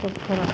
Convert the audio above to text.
डक्ट'रआ